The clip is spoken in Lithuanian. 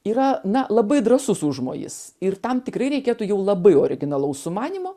yra na labai drąsus užmojis ir tam tikrai reikėtų jau labai originalaus sumanymo